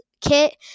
kit